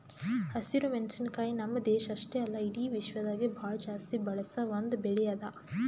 ಹಸಿರು ಮೆಣಸಿನಕಾಯಿ ನಮ್ಮ್ ದೇಶ ಅಷ್ಟೆ ಅಲ್ಲಾ ಇಡಿ ವಿಶ್ವದಾಗೆ ಭಾಳ ಜಾಸ್ತಿ ಬಳಸ ಒಂದ್ ಬೆಳಿ ಅದಾ